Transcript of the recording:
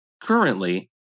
currently